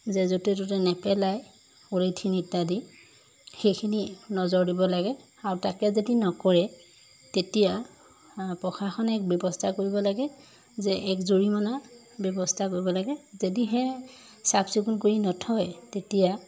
যে য'তে ত'তে নেপেলাই পলিথিন ইত্যাদি সেইখিনি নজৰ দিব লাগে আৰু তাকে যদি নকৰে তেতিয়া প্ৰশাসনে এক ব্যৱস্থা কৰিব লাগে যে এক জৰিমনা ব্যৱস্থা কৰিব লাগে যদিহে চাফ চিকুণ কৰি নথয় তেতিয়া